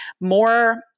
more